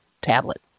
tablet